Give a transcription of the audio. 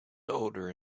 older